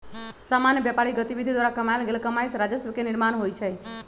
सामान्य व्यापारिक गतिविधि द्वारा कमायल गेल कमाइ से राजस्व के निर्माण होइ छइ